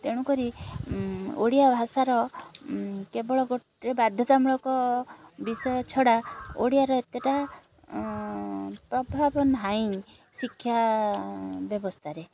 ତେଣୁକରି ଓଡ଼ିଆ ଭାଷାର କେବଳ ଗୋଟେ ବାଧ୍ୟତାମୂଳକ ବିଷୟ ଛଡ଼ା ଓଡ଼ିଆର ଏତେଟା ପ୍ରଭାବ ନାହିଁ ଶିକ୍ଷା ବ୍ୟବସ୍ଥାରେ